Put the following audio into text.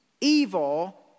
evil